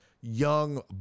young